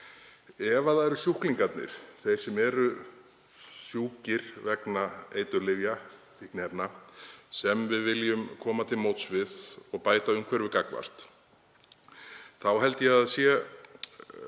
Ef það eru sjúklingarnir, þeir sem eru sjúkir vegna eiturlyfja, fíkniefna, sem við viljum koma til móts við og bæta umhverfið gagnvart tel ég miklu